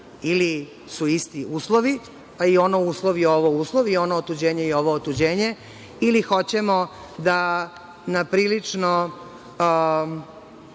Ili su isti uslovi, a i ono uslovo, i ovo uslovo i ovo otuđenje i ono otuđenje ili hoćemo da na prilično